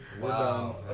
Wow